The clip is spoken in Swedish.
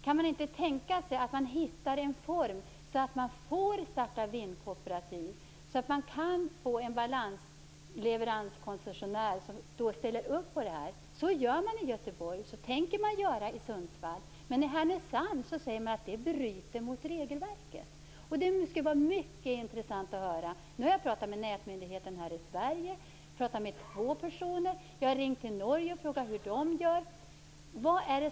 Kan man inte tänka sig att hitta en form som gör att man verkligen kan starta vindkooperativ och kan få en leveranskoncessionär som ställer upp på det här? Så gör man i Göteborg, och så tänker man göra i Sundsvall, men i Härnösand säger man att det bryter mot regelverket. Jag har pratat med två personer på nätmyndigheten i Sverige, och jag har ringt till Norge och frågat hur man gör där.